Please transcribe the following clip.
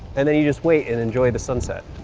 and then you just wait and enjoy the sunset.